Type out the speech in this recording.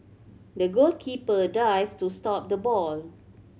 the goalkeeper dived to stop the ball